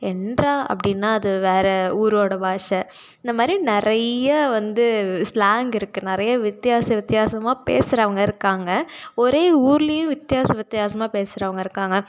என்றா அப்படின்னா அது வேறே ஊரோடய பாஷை இந்த மாதிரி நிறையா வந்து ஸ்லேங் இருக்குது நிறைய வித்தியாச வித்தியாசமாக பேசுகிறவங்க இருக்காங்க ஒரே ஊரிலேயே வித்தியாச வித்தியாசமாக பேசுகிறவங்க இருக்காங்க